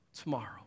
tomorrow